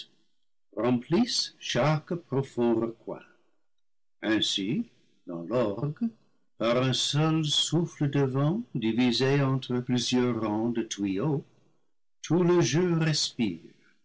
remplissent chaque profond recoin ainsi dans l'orgue par un seul souffle de vent divisé entre plusieurs rangs de tuyaux tout le jeu respire